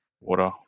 water